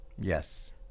Yes